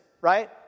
right